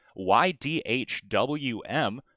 YDHWM